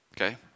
okay